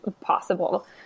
possible